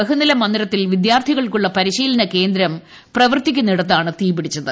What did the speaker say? ബഹുനില മന്ദിരത്തിൽ വിദ്യാർത്ഥികൾക്കുള്ള പരിശീലന കേന്ദ്രം പ്രവർത്തിക്കുന്നിടത്താണ് തീ പിടിച്ചത്